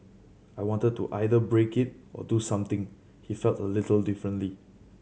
I wanted to either break it or do something he felt a little differently